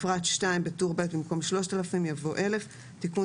₪ בפרט 2 בטור ב' במקום 3,000 ₪ יבוא 1,000 ₪ תיקון